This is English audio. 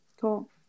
cool